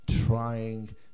trying